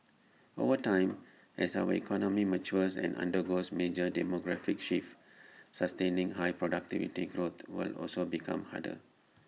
over time as our economy matures and undergoes major demographic shifts sustaining high productivity growth will also become harder